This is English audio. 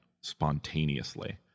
spontaneously